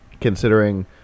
considering